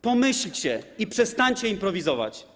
Pomyślcie i przestańcie improwizować.